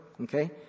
okay